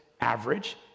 average